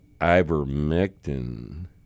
ivermectin